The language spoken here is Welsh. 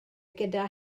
gyda